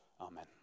Amen